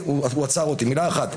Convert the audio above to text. מילה אחת.